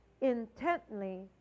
intently